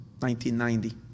1990